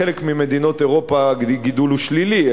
בחלק ממדינות אירופה הגידול הוא שלילי,